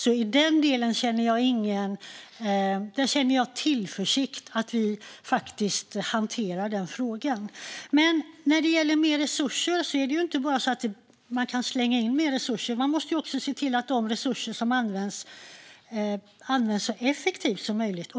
I den delen känner jag en tillförsikt att vi faktiskt hanterar denna fråga. När det gäller mer resurser kan man inte bara slänga in mer resurser. Man måste också se till att resurserna används så effektivt som möjligt.